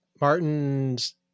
Martin's